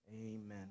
Amen